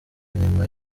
nyuma